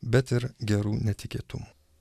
bet ir gerų netikėtumų